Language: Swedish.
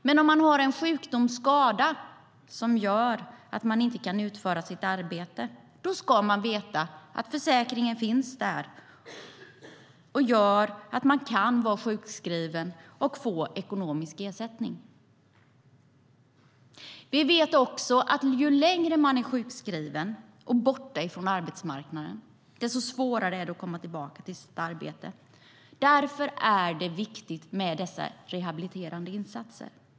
Men om man har en sjukdom eller skada som gör att man inte kan utföra sitt arbete ska man veta att försäkringen finns där och innebär att man kan vara sjukskriven och få ekonomisk ersättning. Vi vet också att ju längre man är sjukskriven och borta från arbetsmarknaden, desto svårare är det att komma tillbaka till sitt arbete. Därför är det viktigt med dessa rehabiliterande insatser.